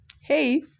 hey